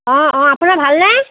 অ' অ' আপোনাৰ ভালনে